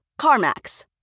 CarMax